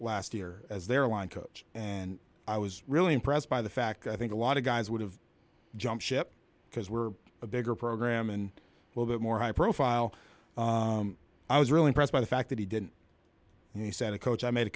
last year as their line coach and i was really impressed by the fact i think a lot of guys would have jumped ship because we're a bigger program and well bit more high profile i was really impressed by the fact that he didn't and he said to coach i made a